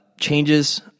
changes